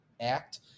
act